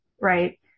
right